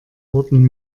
wurden